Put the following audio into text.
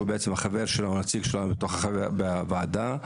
שהוא הנציג שלנו בוועדה,